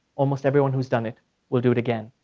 almost everyone whose done it will do it again.